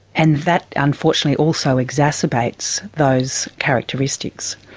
and that unfortunately also exacerbates those characteristics.